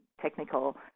technical